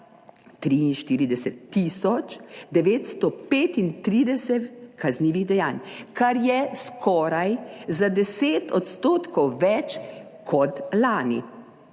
935 kaznivih dejanj, kar je skoraj za 10 % več kot lani.